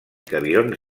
cabirons